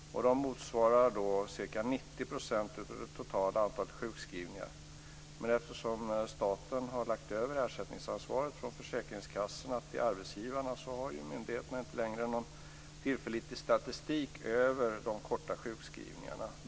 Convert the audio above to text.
De motsvarar ca 90 % av det totala antalet sjukskrivningar. Men eftersom staten har lagt över ersättningsansvaret från försäkringskassorna till arbetsgivarna har myndigheterna inte längre något tillförlitlig statistik över de korta sjukskrivningarna.